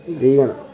इ'यै न